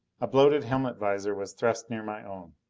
a bloated helmet visor was thrust near my own.